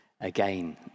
again